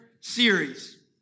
series